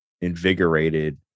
invigorated